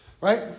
Right